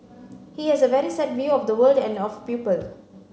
he has a very set view of the world and of people